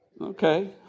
Okay